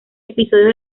episodios